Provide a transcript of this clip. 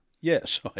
Yes